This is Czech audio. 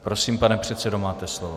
Prosím, pane předsedo, máte slovo.